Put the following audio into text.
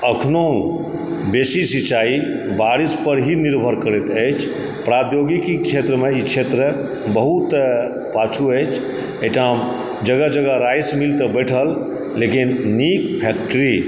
अखनो बेसी सिंचाई बारिश पर ही निर्भर करैत अछि प्राद्योगिकी क्षेत्रमे ई क्षेत्र बहुत पाछूँ अछि एहिठाम जगह जगह राइस मिल तऽ बैठल लेकिन नीक फ़ैक्ट्री